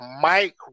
Mike